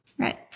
Right